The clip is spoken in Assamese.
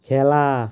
খেলা